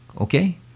Okay